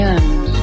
end